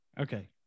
Okay